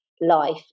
life